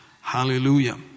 hallelujah